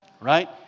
Right